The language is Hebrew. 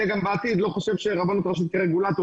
אני גם בעתיד לא חושב שרבנות ראשית כרגולטור